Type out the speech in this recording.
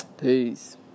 Peace